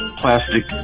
plastic